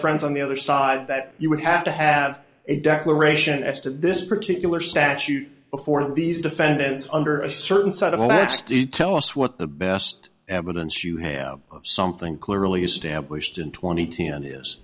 friends on the other side that you would have to have a declaration as to this particular statute before these defendants under a certain set of lads to tell us what the best evidence you have of something clearly established in twenty t